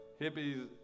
hippies